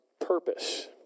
purpose